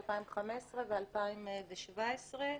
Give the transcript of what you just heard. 2015 ו-2017.